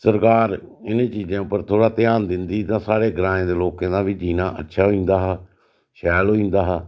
सरकार इ'नें चीजें उप्पर थोड़ा ध्यान दिंदी तां साढ़े ग्राएं दे लोकें दा बी जीना अच्छा होई जंदा हा शैल होई जंदा हा